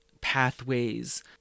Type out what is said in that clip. Pathways